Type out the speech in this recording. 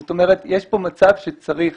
זאת אומרת יש פה מצב שצריך